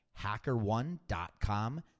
hackerone.com